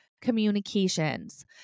Communications